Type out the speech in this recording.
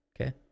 Okay